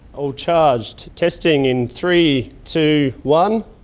all charged. testing in three, two, one.